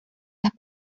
las